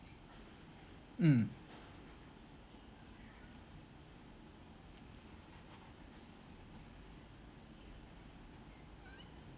mm